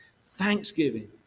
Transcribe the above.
thanksgiving